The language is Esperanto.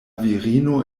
virino